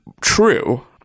true